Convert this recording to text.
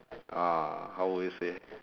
ah how would you say